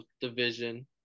division